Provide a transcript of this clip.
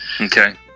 Okay